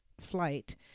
flight